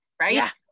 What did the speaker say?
right